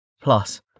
Plus